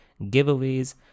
giveaways